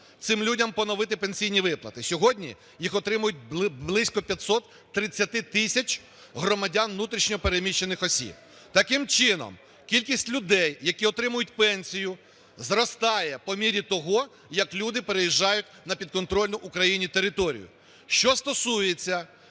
цим людям поновити пенсійні виплати, сьогодні їх отримують близько 530 тисяч громадян внутрішньо переміщених осіб. Таким чином, кількість людей, які отримують пенсію, зростає по мірі того, як люди переїжджають на підконтрольну Україні територію. Що стосується